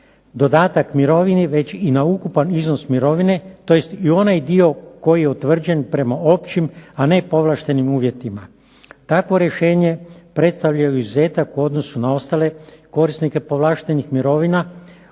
dodatak mirovini već i na ukupan iznos mirovine tj. i onaj dio koji je utvrđen prema općim, a ne povlaštenim uvjetima. Takvo rješenje predstavlja izuzetak u odnosu na ostale korisnike povlaštenih mirovina,